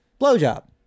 blowjob